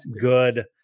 good